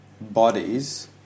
bodies